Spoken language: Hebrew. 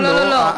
לא, לא.